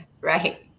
Right